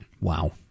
Wow